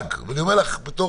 אבל מתי מתחילה המשמרת השנייה?